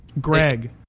Greg